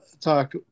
talk